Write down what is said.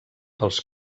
pels